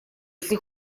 если